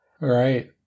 Right